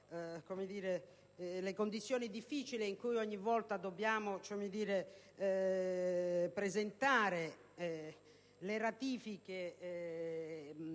sulle condizioni difficili in cui ogni volta dobbiamo presentare i disegni